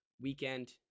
weekend